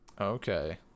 okay